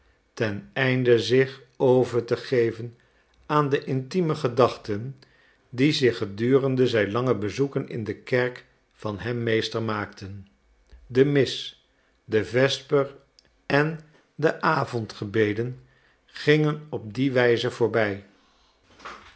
ten einde zich over te geven aan de intieme gedachten die zich gedurende zijn lange bezoeken in de kerk van hem meester maakten de mis de vesper en de avondgebeden gingen op die wijze voorbij